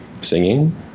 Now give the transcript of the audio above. singing